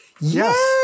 Yes